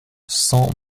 cent